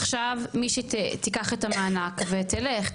עכשיו מי שתיקח את המענק תלך,